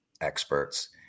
experts